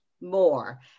more